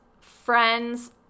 friends